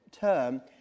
term